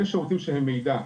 יש שירותים שהם מידע,